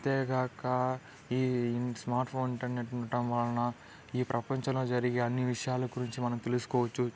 అంతేకాక ఈ smart phone internet ఉండటం వలన ఈ ప్రపంచంలో జరిగే అన్ని విషయాల గురించి మనం తెలుసుకోవచ్చు